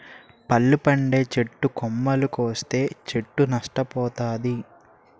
పళ్ళు పండే చెట్టు కొమ్మలు కోస్తే చెట్టు నష్ట పోతాది